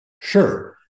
Sure